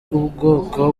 ubwoko